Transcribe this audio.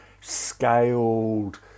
scaled